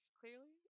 clearly